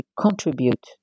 contribute